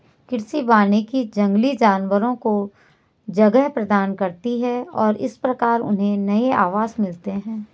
कृषि वानिकी जंगली जानवरों को जगह प्रदान करती है और इस प्रकार उन्हें नए आवास मिलते हैं